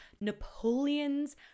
Napoleon's